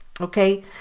okay